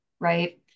Right